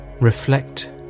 Reflect